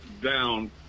down